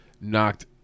knocked